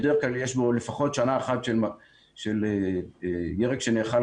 בדרך כלל יש בו לפחות שנה אחת של ירק שנאכל